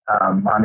on